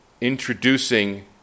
introducing